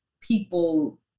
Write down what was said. people